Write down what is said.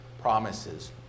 promises